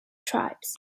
tribes